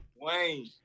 Wayne